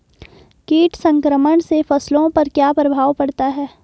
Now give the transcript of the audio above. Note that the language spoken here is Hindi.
कीट संक्रमण से फसलों पर क्या प्रभाव पड़ता है?